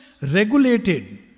regulated